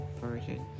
version